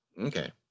Okay